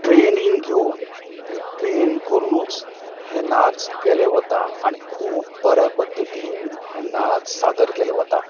training घेवन ते train करुनूच हे नाच केले वता आनी खूब बऱ्या पद्दतीन हे नाच सादर केले वता